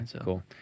cool